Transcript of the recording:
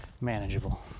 manageable